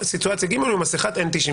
בסיטואציה ג' הוא עם מסכת N95?